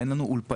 אין לנו אולפנים,